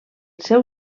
seu